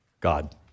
God